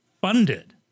funded